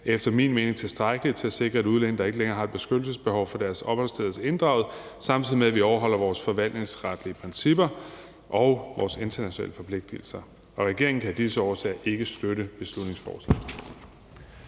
efter min mening tilstrækkelige til at sikre, at udlændinge, der ikke længere har et beskyttelsesbehov, får deres opholdstilladelse inddraget, samtidig med at vi overholder vores forvaltningsretlige principper og vores internationale forpligtelser. Regeringen kan af disse årsager ikke støtte beslutningsforslaget.